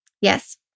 yes